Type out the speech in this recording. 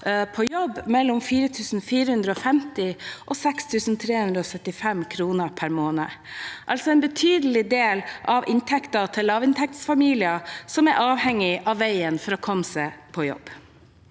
til jobb, mellom 4 450 og 6 375 kr per måned, altså en betydelig del av inntekten til lavinntektsfamilier som er avhengige av veien for å komme seg på jobb.